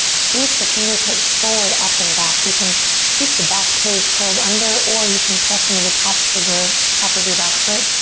sweep the fingertips forward, up and back. you can keep the back toes curled under or you can press into the tops of the, top of your back foot,